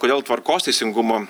kodėl tvarkos teisingumo